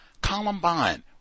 Columbine